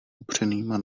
upřenýma